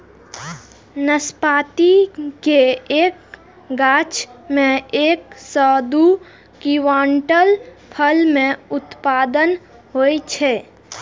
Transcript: नाशपाती के एक गाछ मे एक सं दू क्विंटल फल के उत्पादन होइ छै